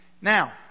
Now